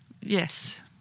Yes